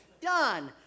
Done